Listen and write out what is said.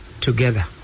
together